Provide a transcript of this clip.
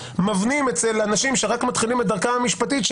מבנים אצל אנשים שרק מתחילים את דרכם המשפטית את